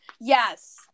yes